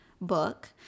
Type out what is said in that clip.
book